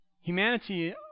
Humanity